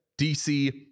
DC